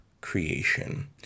creation